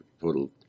total